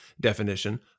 definition